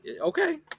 okay